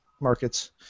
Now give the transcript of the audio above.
markets